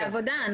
זה בעבודה.